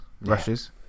rushes